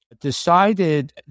decided